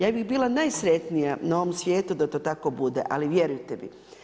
Ja bih bila najsretnija na ovom svijetu da to tako bude, ali vjerujte mi.